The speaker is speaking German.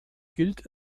gilt